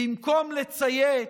במקום לצייץ,